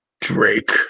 Drake